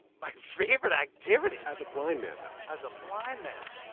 my favorite activity? as a blind man, though. as a blind man.